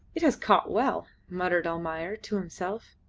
it has caught well, muttered almayer to himself.